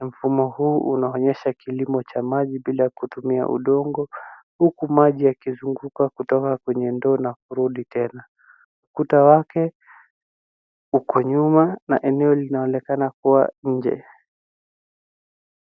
Mfumo huu unaonyesha kilimo cha maji bila kutumia udongo huku maji yakizunguka kutoka kwenye ndoo na kurudi tena. Kuta wake uko nyuma na eneo linaonekana kuwa nje.